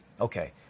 Okay